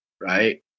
Right